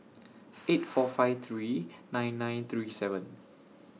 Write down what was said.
eight four five three nine nine three seven